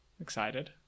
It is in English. Excited